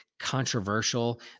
Controversial